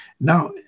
Now